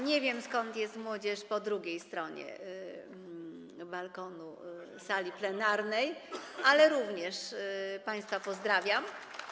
Nie wiem, skąd jest młodzież po drugiej stronie balkonu sali plenarnej, ale państwa również pozdrawiam.